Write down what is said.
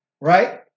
right